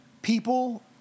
People